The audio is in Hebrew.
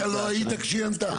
אתה לא היית כשהיא ענתה.